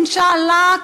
אינשאללה,